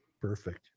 Perfect